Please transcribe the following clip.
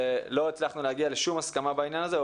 ולא הצלחנו להגיע לשום הסכמה בעניין הזה,